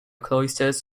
cloisters